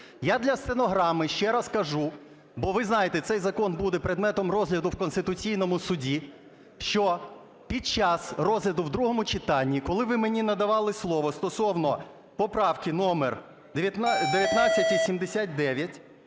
Я для стенограми ще раз кажу, бо, ви знаєте, цей закон буде предметом розгляду в Конституційному Суді, що під час розгляду в другому читанні, коли ви мені надавали слово стосовно поправки номер 1989,